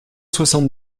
soixante